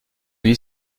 lui